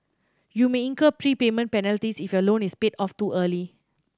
you may incur prepayment penalties if your loan is paid off too early